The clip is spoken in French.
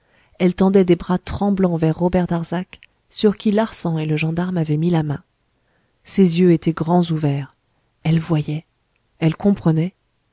elle tendait des bras tremblants vers robert darzac sur qui larsan et le gendarme avaient mis la main ses yeux étaient grands ouverts elle voyait elle comprenait